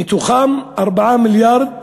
ומתוכם 4 מיליארד